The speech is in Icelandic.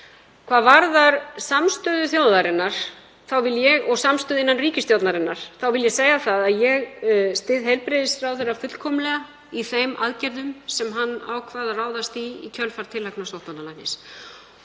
Hvað varðar samstöðu þjóðarinnar og samstöðu innan ríkisstjórnarinnar þá vil ég segja að ég styð heilbrigðisráðherra fullkomlega í þeim aðgerðum sem hann ákvað að ráðast í í kjölfar tillagna sóttvarnalæknis.